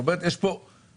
בוקר טוב,